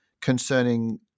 concerning